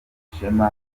ishema